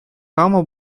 кама